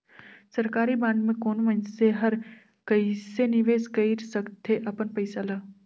सरकारी बांड में कोनो मइनसे हर कइसे निवेश कइर सकथे अपन पइसा ल